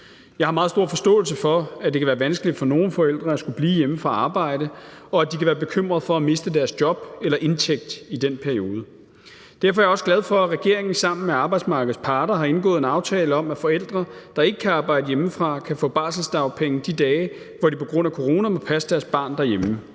Jeg har meget stor forståelse for, at det kan være vanskeligt for nogle forældre at skulle blive hjemme fra arbejde, og at de kan være bekymret for at miste deres job eller indtægt i den periode. Derfor er jeg også glad for, at regeringen sammen med arbejdsmarkedets parter har indgået en aftale om, at forældre, der ikke kan arbejde hjemmefra, kan få barselsdagpenge de dage, hvor de på grund af corona må passe deres barn derhjemme.